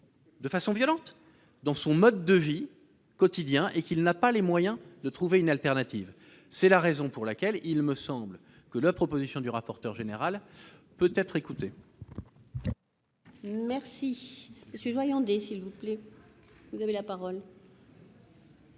de façon violente dans son mode de vie quotidien et qu'elle n'a pas les moyens de trouver une alternative. C'est la raison pour laquelle il me semble que la proposition du rapporteur général peut être écoutée. La parole est à M. Alain Joyandet, pour explication